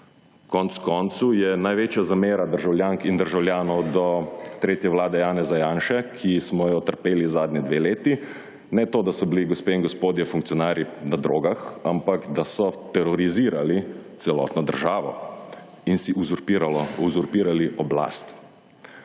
Konec koncev je največja zamera državljank in državljanov do tretje vlade Janeza Janše, ki smo jo trpeli zadnje dve leti. Ne to, da so bili, gospe in gospodje funkcionarji na drogah, ampak da so terorizirali celotno državo in si uzurpirali oblast.